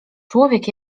człowiek